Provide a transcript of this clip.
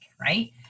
right